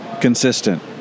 Consistent